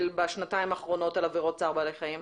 בשנתיים האחרונות על עבירות צער בעלי חיים?